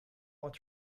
want